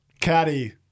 caddy